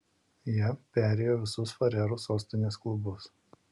jie perėjo visus farerų sostinės klubus